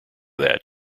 that